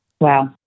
Wow